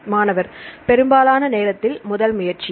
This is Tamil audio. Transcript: மாணவர் பெரும்பாலான நேரத்தில் முதல் முயற்சியே